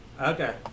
Okay